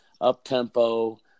up-tempo